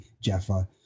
Jaffa